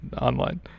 online